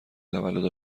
تولد